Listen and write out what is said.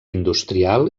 industrial